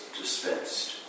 dispensed